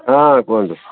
ହଁ କୁହନ୍ତୁ